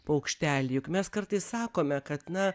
paukštelį juk mes kartais sakome kad na